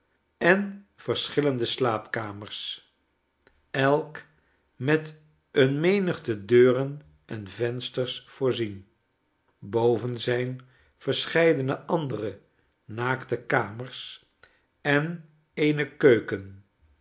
en verschillende slaapkamers elk met een menigte deuren en vensters voorzien boven zijn verscheidene andere naakte kamers en eene keuken